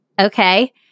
okay